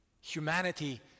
Humanity